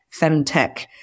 femtech